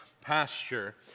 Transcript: pasture